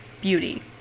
beauty